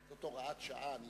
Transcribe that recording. זאת הוראת שעה.